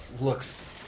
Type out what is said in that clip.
looks